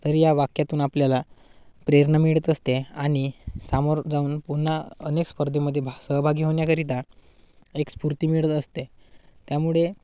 तर या वाक्यातून आपल्याला प्रेरणा मिळत असते आणि समोर जाऊन पुन्हा अनेक स्पर्धेमध्ये भा सहभागी होण्याकरिता एक स्फूर्ती मिळत असते त्यामुळे